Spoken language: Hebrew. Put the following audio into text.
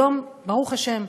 היום, ברוך השם,